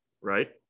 Right